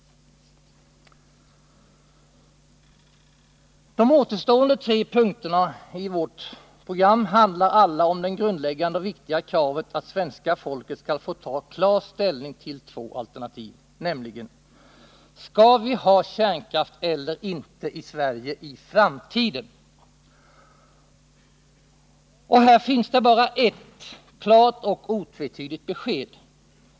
De återstående tre punkterna i vårt program handlar alla om det grundläggande och viktiga kravet att svenska folket skall få ta klar ställning till två alternativ, nämligen: Skall vi ha kärnkraft eller inte i Sverige i framtiden? Och här finns det bara ett klart och otvetydigt besked.